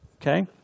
Okay